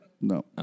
No